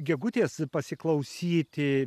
gegutės pasiklausyti